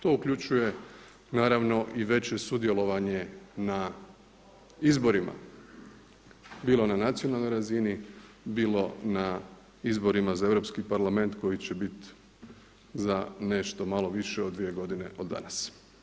To uključuje naravno i veće sudjelovanje na izborima, bilo na nacionalnoj razini, bilo na izborima za Europski parlament koji će biti za nešto malo više od dvije godine od danas.